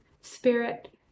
spirit